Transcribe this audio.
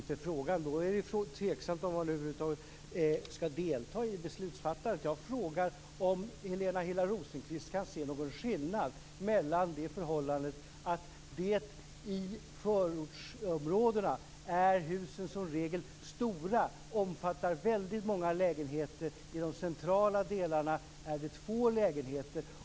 Fru talman! Så kan man inte föra en debatt. Man kan inte bara säga att man inte begriper frågan. Då är det tveksamt om man över huvud taget skall delta i beslutsfattandet. Jag frågar om Helena Hillar Rosenqvist kan se någon skillnad mellan det förhållandet att husen i förortsområdena i regel är stora och omfattar väldigt många lägenheter och att de i de centrala delarna har få lägenheter.